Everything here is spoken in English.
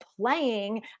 playing